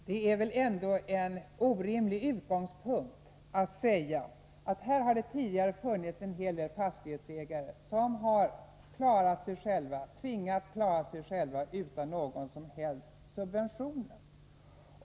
Herr talman! Det här resonemanget är väl ändå orimligt. En del fastighetsägare har tvingats klara sig utan några som helst subventioner.